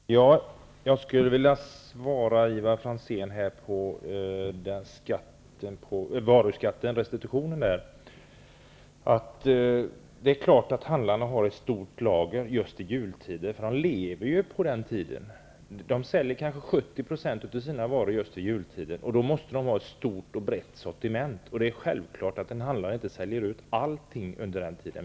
Herr talman! Jag skulle vilja svara på Ivar Franzéns fråga om restitutionen av varuskatten. Det är klart att handlarna har ett stort lager just i jultider, då de lever på försäljningen under den tiden. De säljer kanske 70 % av sina varor just då, och därför måste de ha ett stort och brett sortiment. Det är självklart att handlarna inte säljer ut allt under den tiden.